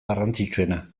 garrantzitsuena